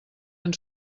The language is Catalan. ens